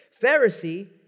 Pharisee